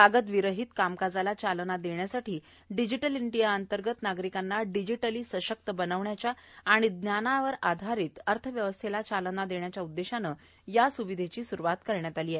कागदविरहित कामकाजाला चालना देण्यासाठी डिजिटल इंडीया अंतर्गत नागरिकांना डिजिटली सशक्त बनवण्याच्या आणि ज्ञान आधारित अर्थव्यवस्थेला चालना देण्याच्या उद्देशानं या स्विधेची स्रुवात करण्यात आली आहे